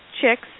chicks